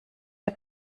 der